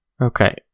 okay